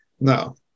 No